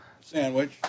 sandwich